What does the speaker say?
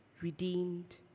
redeemed